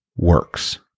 works